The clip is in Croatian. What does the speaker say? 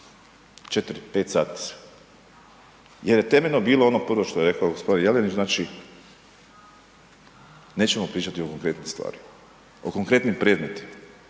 u 4, 5 sati jer je temeljno bilo ono prvo što je rekao g, Jelenić, znači nećemo pričati o konkretnim stvarima, o konkretnim predmetima